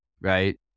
right